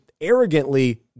arrogantly